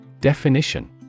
Definition